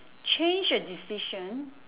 change a decision